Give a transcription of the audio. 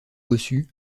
bossu